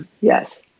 yes